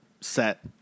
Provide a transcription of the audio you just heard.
set